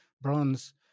bronze